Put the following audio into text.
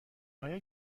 آیا